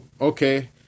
okay